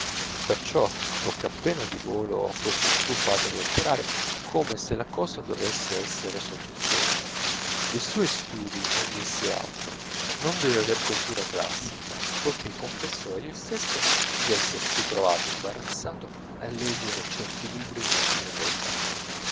perciò toccò appena di volo di questo suo padre letterario come se la cosa dovesse essere sottintesa dei suoi studii non disse altro non deve avere coltura classica poichè confessò egli stesso d'essersi trovato imbarazzato a leggere certi libri in latino volgare